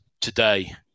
today